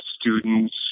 students